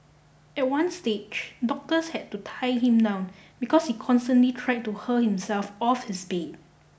at one stage doctors had to tie him down because he constantly tried to hurl himself off his bed